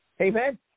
Amen